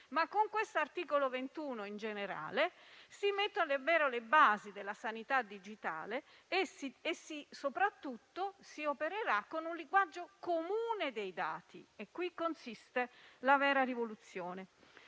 ma con questo articolo 21, in generale, si mettono davvero le basi della sanità digitale e soprattutto si opererà con un linguaggio comune dei dati. Qui consiste la vera rivoluzione.